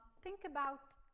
think about